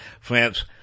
France